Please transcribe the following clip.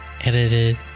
edited